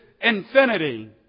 infinity